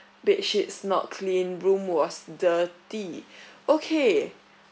bed sheets not clean room was dirty okay